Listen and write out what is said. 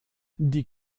die